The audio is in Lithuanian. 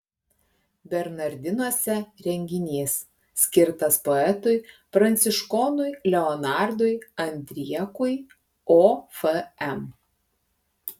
bernardinuose renginys skirtas poetui pranciškonui leonardui andriekui ofm